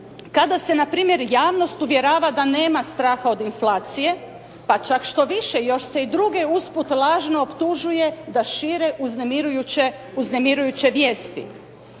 kada se, na primjer javnost uvjerava da nema straha od inflacije. Pa čak štoviše, još se i druge usput lažno optužuje da šire uznemirujuće vijesti.